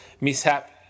mishap